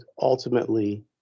ultimately